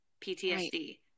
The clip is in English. PTSD